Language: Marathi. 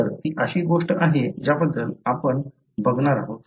तर ती अशी गोष्ट आहे ज्याच्या बद्दल आपण बघणार आहोत